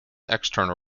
external